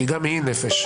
כי גם היא נפש.